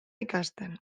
ikasten